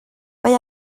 mae